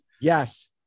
Yes